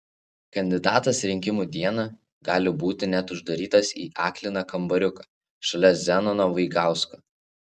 kandidatas rinkimų dieną gali būti net uždarytas į akliną kambariuką šalia zenono vaigausko